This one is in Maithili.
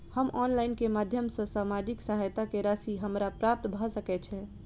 हम ऑनलाइन केँ माध्यम सँ सामाजिक सहायता केँ राशि हमरा प्राप्त भऽ सकै छै?